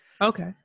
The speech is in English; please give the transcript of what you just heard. Okay